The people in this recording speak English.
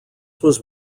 was